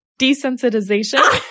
Desensitization